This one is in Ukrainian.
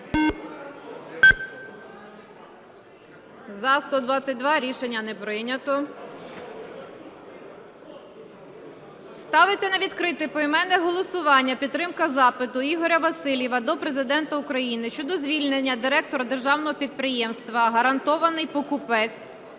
За-122 Рішення не прийнято. Ставиться на відкрите поіменне голосування підтримка запиту Ігоря Васильєва до Президента України щодо звільнення директора Державного підприємства "Гарантований покупець"